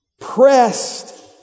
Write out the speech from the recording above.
Pressed